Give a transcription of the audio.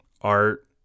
art